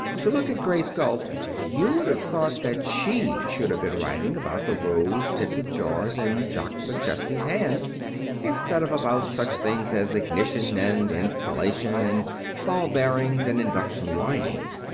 to look at grace galt you would have thought that she should have been writing about the rose-tinted jars in jock mcchesney's hands instead of about such things as ignition, and insulation, and ball bearings, and induction windings.